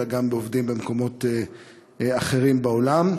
אלא גם בעובדים במקומות אחרים בעולם.